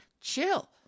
Chill